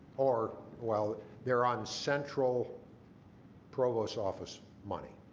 or well they're on central provost office money.